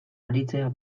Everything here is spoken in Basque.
aritzea